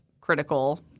critical